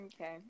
Okay